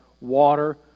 water